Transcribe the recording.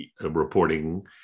reporting